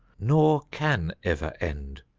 nor can ever end!